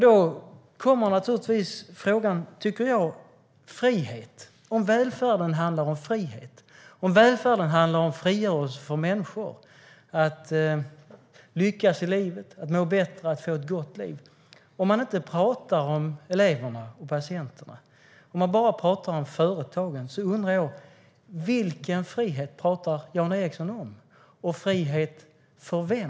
Då uppstår frågan om frihet. Om välfärden handlar om frihet och frigörelse för människor, att lyckas i livet, att må bättre, att få ett gott liv, om man inte pratar om eleverna och patienterna, om man bara pratar om företagen, undrar jag vilken frihet Jan Ericson pratar om. Frihet för vem?